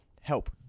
help